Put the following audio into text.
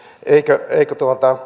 eikö